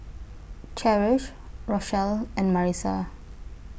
Cherish Rochelle and Marissa